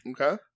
Okay